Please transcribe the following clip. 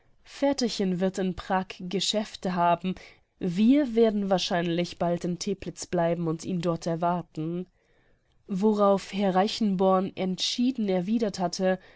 väterchen wird in prag geschäfte haben wir werden wahrscheinlich bald in teplitz bleiben und ihn dort erwarten worauf herr reichenborn entschieden erwidert hatte